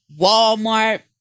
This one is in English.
Walmart